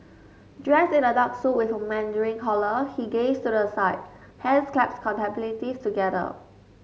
dressed in a dark suit with a mandarin collar he gazed to the side hands clasped contemplatively together